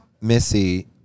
Missy